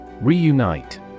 Reunite